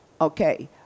okay